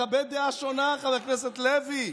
לכבד דעה שונה, חבר הכנסת לוי.